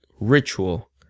ritual